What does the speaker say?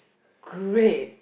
great